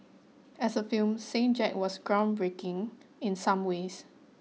as a film Saint Jack was groundbreaking in some ways